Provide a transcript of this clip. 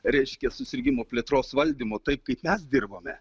reiškia susirgimų plėtros valdymu taip kaip mes dirbame